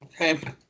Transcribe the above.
Okay